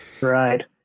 Right